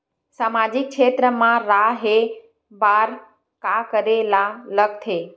सामाजिक क्षेत्र मा रा हे बार का करे ला लग थे